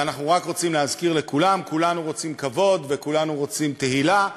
ואנחנו רק רוצים להזכיר לכולם: כולנו רוצים כבוד וכולנו רוצים תהילה,